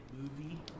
movie